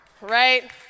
Right